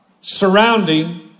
surrounding